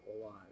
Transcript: alive